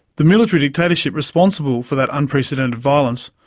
the military dictatorship responsible for that unprecedented violence,